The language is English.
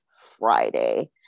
Friday